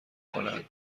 کنند